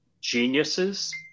geniuses